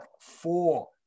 four